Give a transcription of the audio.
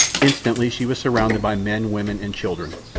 instantly she was surrounded by men, women, and children.